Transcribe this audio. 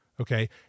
Okay